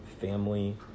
family